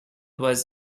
was